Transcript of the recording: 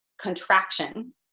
contraction